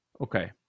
Okay